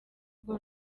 rwo